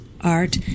art